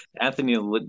Anthony